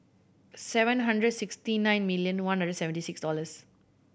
seven hundred sixty nine million one hundred seventy six dollors